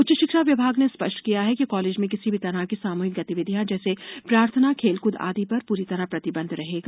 उच्च शिक्षा विभाग ने स्पष्ट किया है कि कॉलेजों में किसी भी तरह की सामूहिक गतिविधियां जैसे प्रार्थना खेलकूद आदि पर पूरी तरह प्रतिबंध रहेगा